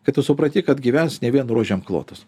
kai tu supranti kad gyvens ne vien rožėm klotas